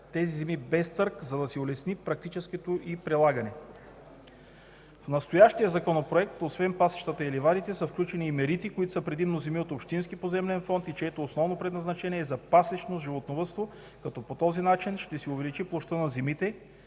тези земи без търг, за да се улесни практическото й прилагане. В настоящия законопроект освен пасищата и ливадите са включени и мерите, които са предимно земи от общинския поземлен фонд и чието основно предназначение е за пасищно животновъдство, като по този начин ще се увеличи площта на земите,